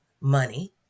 money